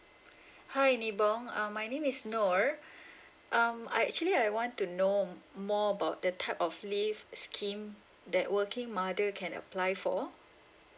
hi ni bong um my name is noor um I actually I want to know more about the type of leave scheme that working mother can apply for